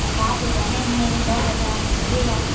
बता तो रहे हैं दस हजार लगेगा